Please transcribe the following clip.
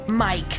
Mike